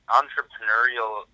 entrepreneurial